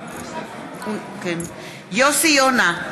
יוסי יונה,